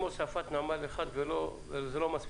הוספת נמל אחד זה לא מספיק?